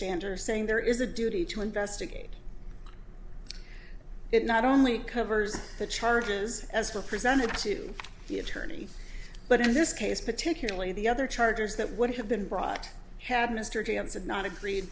standards saying there is a duty to investigate it not only covers the charges as were presented to the attorney but in this case particularly the other charges that would have been brought had mr jones had not agree